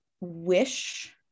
wish